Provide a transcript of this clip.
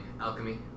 alchemy